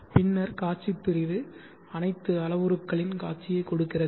பின்னர் காட்சி பிரிவு அனைத்து அளவுருக்களின் காட்சியை கொடுக்கிறது